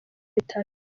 bitaro